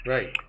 Right